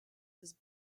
his